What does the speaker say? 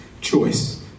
choice